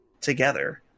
together